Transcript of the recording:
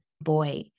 boy